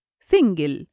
Single